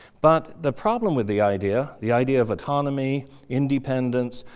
but the problem with the idea the idea of autonomy, independence,